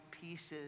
pieces